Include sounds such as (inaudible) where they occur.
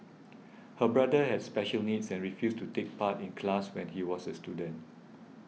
(noise) her brother had special needs and refused to take part in class when he was a student